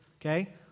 okay